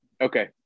okay